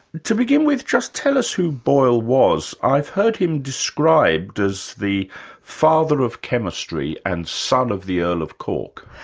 to begin with, just tell us who boyle was. i've heard him described as the father of chemistry and son of the earl of cork.